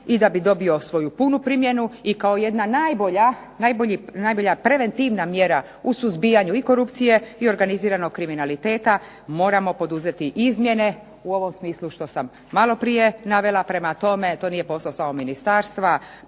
i da bi dobio svoju punu primjenu i kao jedna najbolja preventivna mjera u suzbijanju i korupcije i organiziranog kriminaliteta moramo poduzeti izmjene u ovom smislu što sam maloprije navela. Prema tome, to nije posao samo Ministarstva